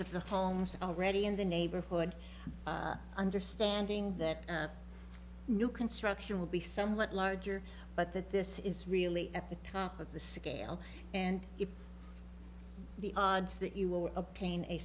the homes already in the neighborhood understanding that new construction will be somewhat larger but that this is really at the top of the sick ale and if the odds that you will a pain a